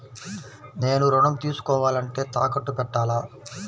నేను ఋణం తీసుకోవాలంటే తాకట్టు పెట్టాలా?